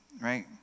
right